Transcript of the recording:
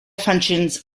functions